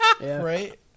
Right